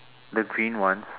the green ones